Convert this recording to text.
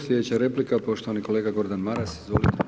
Sljedeća replika poštovani kolega Gordan Maras, izvolite.